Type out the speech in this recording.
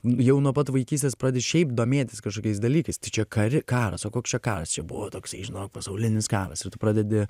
jau nuo pat vaikystės pradėti šiaip domėtis kažkokiais dalykais tai čia kari karas o koks čia karas buvo toksai žinok pasaulinis karas ir tu pradedi